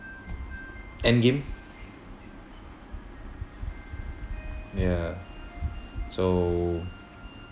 endgame ya so